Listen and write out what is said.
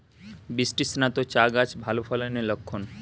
বৃষ্টিস্নাত চা গাছ ভালো ফলনের লক্ষন